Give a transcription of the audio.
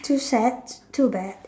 too sad too bad